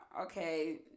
okay